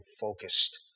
focused